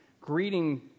greeting